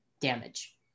damage